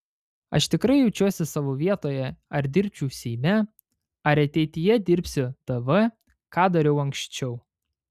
aš tikrai jaučiuosi savo vietoje ar dirbčiau seime ar ateityje dirbsiu tv ką dariau anksčiau